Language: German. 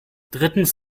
drittens